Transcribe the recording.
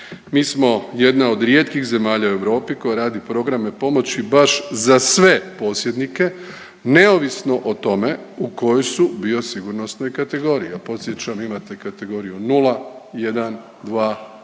Mi smo jedna od rijetkih zemalja u Europi koja radi programe pomoći baš za sve posjednike neovisno o tome u kojoj su bio sigurnosnoj kategoriji. Ja podsjećam imate kategoriju nula,